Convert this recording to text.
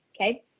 Okay